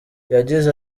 yagize